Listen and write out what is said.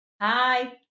Hi